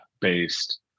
based